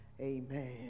Amen